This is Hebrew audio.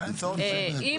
אם